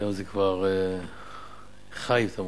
היום זה כבר ח"י תמוז,